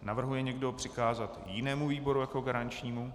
Navrhuje někdo přikázat jinému výboru jako garančnímu?